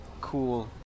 cool